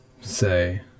say